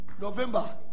November